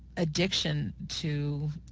addiction to